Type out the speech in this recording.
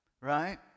right